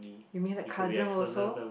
you mean like cousin also